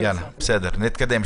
יאללה, נתקדם.